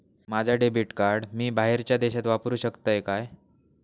माझा debit card मी बाहेरच्या देशात वापरू शकतय काय?